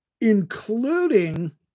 including